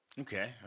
Okay